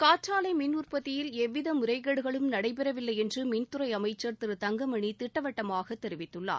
காற்றாலை மின் உற்பத்தியில் எவ்வித முறைகேடுகளும் நடைபெறவில்லை என்று மின்துறை அமைச்சர் திரு தங்கமணி திட்டவட்டமாக தெரிவித்துள்ளார்